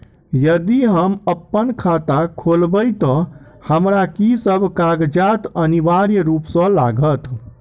यदि हम अप्पन खाता खोलेबै तऽ हमरा की सब कागजात अनिवार्य रूप सँ लागत?